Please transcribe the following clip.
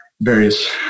various